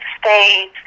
stay